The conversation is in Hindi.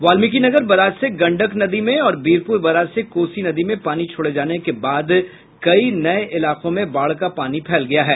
वाल्मिकीनगर बराज से गंडक नदी में और वीरपुर बराज से कोसी नदी में पानी छोड़े जाने के बाद कई नए इलाकों में बाढ़ का पानी फैल गया है